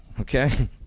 Okay